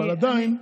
אבל עדיין,